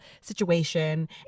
situation